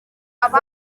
kanyu